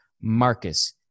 Marcus